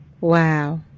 Wow